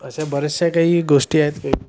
अशा बऱ्याचशा काही गोष्टी आहेत काही